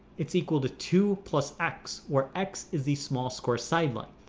it's equal to two plus x, where x is the small square side length.